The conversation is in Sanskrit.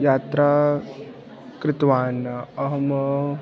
यात्रां कृतवान् अहम्